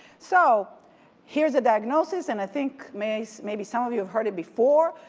so here's the diagnosis and i think maybe maybe some of you have heard it before,